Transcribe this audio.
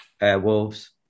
Wolves